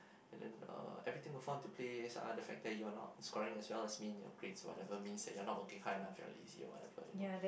and then uh everything you are fond to play some other factor you are not scoring as well as mean in your grades whatever means that you are not working hard enough you are lazy or whatever you know